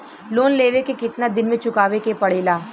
Loan लेवे के कितना दिन मे चुकावे के पड़ेला?